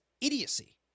idiocy